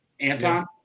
Anton